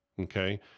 Okay